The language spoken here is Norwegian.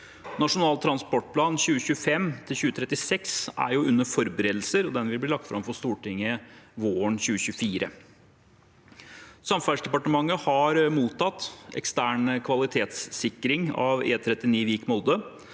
Nasjonal transportplan 2025–2036 er under forberedelse, og den vil bli lagt fram for Stortinget våren 2024. Samferdselsdepartementet har mottatt ekstern kvalitetssikring av E39 Vik–Molde,